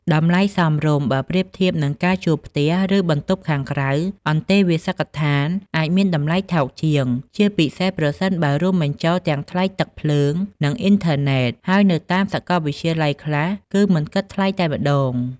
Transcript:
តម្លៃសមរម្យ បើប្រៀបធៀបនឹងការជួលផ្ទះ ឬបន្ទប់ខាងក្រៅ អន្តេវាសិកដ្ឋានអាចមានតម្លៃថោកជាង ជាពិសេសប្រសិនបើរួមបញ្ចូលទាំងថ្លៃទឹក ភ្លើង និងអុីនធឺណេត ហើយនៅតាមសកលវិទ្យាល័យខ្លះគឺមិនគិតថ្លៃតែម្ដង។